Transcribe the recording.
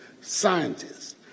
scientists